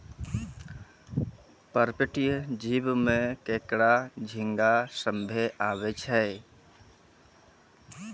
पर्पटीय जीव में केकड़ा, झींगा सभ्भे आवै छै